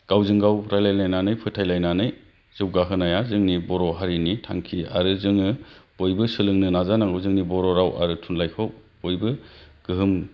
गावजों गाव रायलायलायनानै फोथायलायनानै जौगाहोनाया जोंनि बर' हारिनि थांखि आरो जोङो बयबो सोलोंनो नाजानांगौ बर' राव आरो थुनलाइखौ बयबो गोहोम